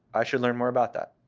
i should learn more about that.